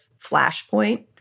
flashpoint